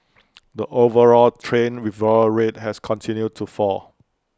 the overall train withdrawal rate has continued to fall